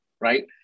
right